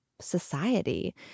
Society